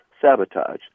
sabotage